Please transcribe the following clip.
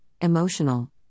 emotional